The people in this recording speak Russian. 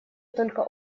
только